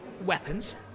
weapons